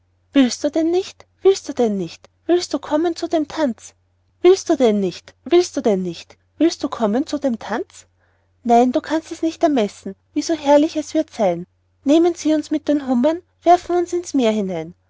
willst du denn nicht willst du denn nicht willst du kommen zu dem tanz willst du denn nicht willst du denn nicht willst du kommen zu dem tanz nein du kannst es nicht ermessen wie so herrlich es wird sein nehmen sie uns mit den hummern werfen uns in's meer hinein